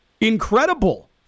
incredible